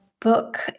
Book